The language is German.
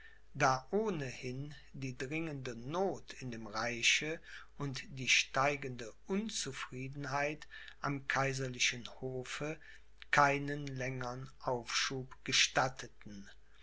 da ohnehin die dringende noth in dem reiche und die steigende unzufriedenheit am kaiserlichen hofe keinen längern aufschub gestatteten